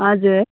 हजुर